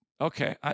Okay